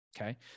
Okay